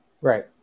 right